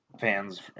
fans